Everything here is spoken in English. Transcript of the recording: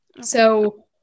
So-